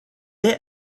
est